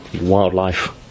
wildlife